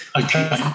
okay